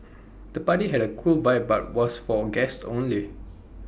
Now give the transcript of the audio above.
the party had A cool vibe but was for guests only